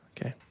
Okay